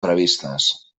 previstes